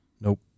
nope